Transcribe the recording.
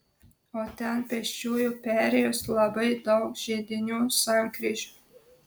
o ten pėsčiųjų perėjos labai daug žiedinių sankryžų